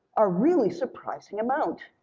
a really surprising amount.